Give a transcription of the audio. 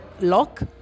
lock